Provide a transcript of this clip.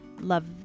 love